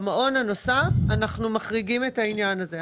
במעון הנוסף אנחנו מחריגים את העניין הזה,